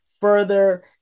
further